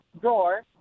drawer